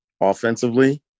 offensively